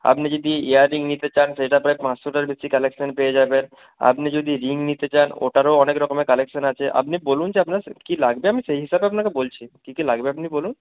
আপনি যদি ইয়াররিং নিতে চান সেইটা প্রায় পাঁচশোটার বেশি কালেকশান পেয়ে যাবেন আপনি যদি রিং নিতে চান ওটারও অনেক রকমের কালেকশান আছে আপনি বলুন যে আপনার কী লাগবে আমি সেই হিসাবে আপনাকে বলছি কী কী লাগবে আপনি বলুন